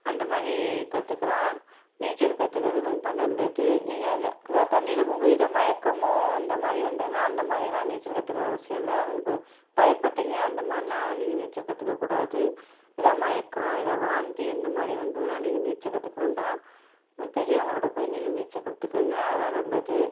அந்த மாதிரி கத்துக்கலாம் நீச்சல் கத்துக்குறது நொம்ப நல்லது நீங்கள் அதை க்ர தண்ணியில் போகும் போது ஏதோ மயக்கமோ அந்த மாதிரி வந்ததுன்னா அந்த மாதிரிலாம் நீச்சல் கற்றுக்குற அவசியம் இல்லை உங்க பயப்பட்டீங்க அந்த மாதிரின்னா நீங்கள் நீச்சல் கற்றுக்கக்கூடாது ஏதோ மயக்கம் எதோ வாந்தி இந்த மாதிரி வந்துதுன்னால் நீங்கள் நீச்சல் கற்றுக்க வேண்டாம் பெரியவங்களோடு போய் நீங்கள் நீச்சல் கற்றுக்கங்க அதுதான் நல்லது